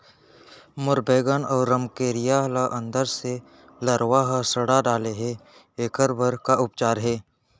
मोर बैगन अऊ रमकेरिया ल अंदर से लरवा ह सड़ा डाले हे, एखर बर का उपचार हे?